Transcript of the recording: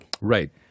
Right